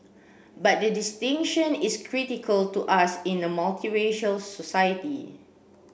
but the distinction is critical to us in a multiracial society